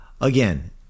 Again